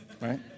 right